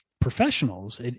professionals